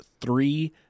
three